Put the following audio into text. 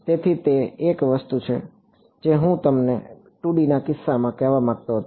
તેથી તે એક વસ્તુ છે જે હું તમને 2 ડીના કિસ્સામાં કહેવા માંગતો હતો